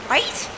Right